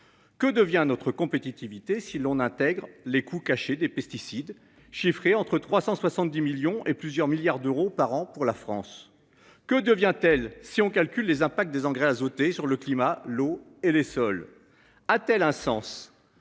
Que devient notre compétitivité, si l'on intègre les coûts cachés des pesticides chiffrée entre 370 millions et plusieurs milliards d'euros par an pour la France, que devient-elle si on calcule les impacts des engrais azotés sur le climat, l'eau et les sols a-t-elle un sens